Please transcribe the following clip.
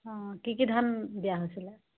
অঁ কি কি ধান দিয়া হৈছিলে